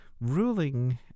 ruling